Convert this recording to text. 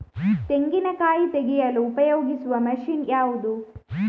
ತೆಂಗಿನಕಾಯಿ ತೆಗೆಯಲು ಉಪಯೋಗಿಸುವ ಮಷೀನ್ ಯಾವುದು?